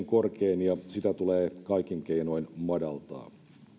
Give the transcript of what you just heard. korkein ja sitä tulee kaikin keinoin madaltaa